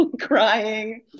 crying